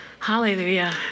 Hallelujah